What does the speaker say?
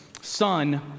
son